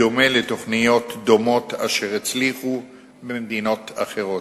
בדומה לתוכניות דומות אשר הצליחו במדינות אחרות.